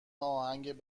آهنگ